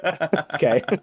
Okay